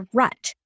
rut